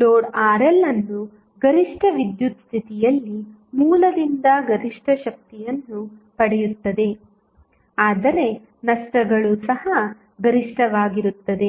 load RL ಅನ್ನು ಗರಿಷ್ಠ ವಿದ್ಯುತ್ ಸ್ಥಿತಿಯಲ್ಲಿ ಮೂಲದಿಂದ ಗರಿಷ್ಠ ಶಕ್ತಿಯನ್ನು ಪಡೆಯುತ್ತದೆ ಆದರೆ ನಷ್ಟಗಳು ಸಹ ಗರಿಷ್ಠವಾಗಿರುತ್ತದೆ